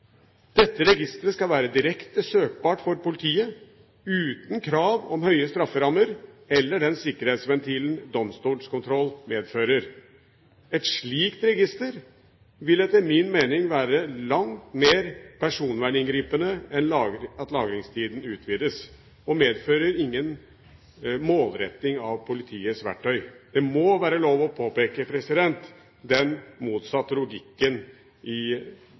Dette registeret skal være direkte søkbart for politiet, uten krav om høye strafferammer eller den sikkerhetsventilen domstolskontroll medfører. Et slikt register vil etter min mening være langt mer personverninngripende enn at lagringstiden utvides, og medfører ingen målretting av politiets verktøy. Det må være lov å påpeke den motsatte logikken i